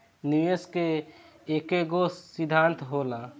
निवेश के एकेगो सिद्धान्त होला